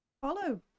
follow